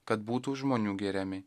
kad būtų žmonių giriami